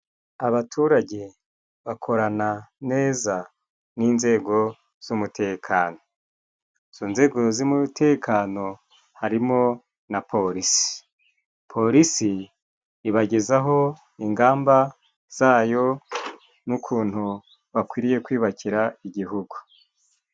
Abaturage bakorana neza n'inzego z'umutekano. Izo nzego z'umutekano, harimo na polisi. Polisi ibagezaho ingamba zayo n'ukuntu bakwiriye kwiyubakira Igihugu.